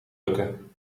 lukken